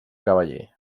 cavaller